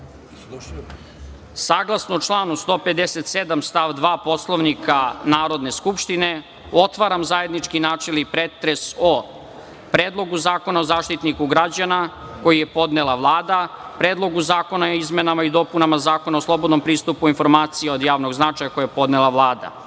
članu 157. stav 2. Poslovnika Narodne skupštine otvaram zajednički načelni pretres o: Predlogu zakona o Zaštitniku građana, koji je podnela Vlada i Predlogu zakona o izmenama i dopunama Zakona o slobodnom pristupu informacija od javnog značaja, koji je podnela